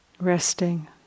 Resting